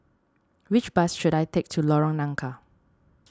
which bus should I take to Lorong Nangka